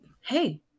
hey